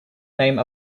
name